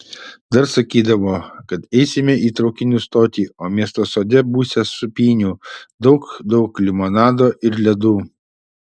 dar sakydavo kad eisime į traukinių stotį o miesto sode būsią sūpynių daug daug limonado ir ledų